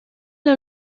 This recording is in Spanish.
las